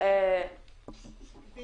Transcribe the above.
--- יש